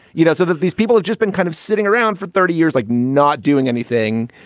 you know, so that these people have just been kind of sitting around for thirty years, like not doing anything,